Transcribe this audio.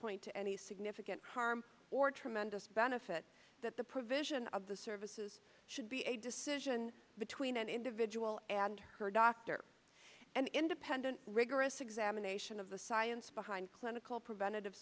point to any significant harm or tremendous benefit that the provision of the services should be a decision between an individual and her doctor an independent rigorous examination of the science behind clinical preventative